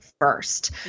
first